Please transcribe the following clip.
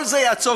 כל זה יעצור.